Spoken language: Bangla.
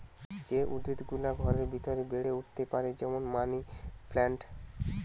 যে উদ্ভিদ গুলা ঘরের ভিতরে বেড়ে উঠতে পারে যেমন মানি প্লান্ট